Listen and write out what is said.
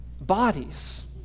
bodies